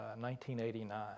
1989